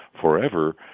forever